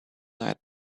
night